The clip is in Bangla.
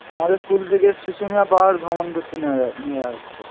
আমাদের স্কুল থেকে শুশুনিয়া পাহাড় ভ্রমণ করতে নিয়ে নিয়ে যাওয়া হচ্ছে